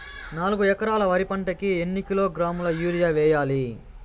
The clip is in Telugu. నాలుగు ఎకరాలు వరి పంటకి ఎన్ని కిలోగ్రాముల యూరియ వేయాలి?